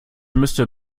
müsste